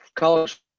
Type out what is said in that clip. College